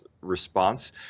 response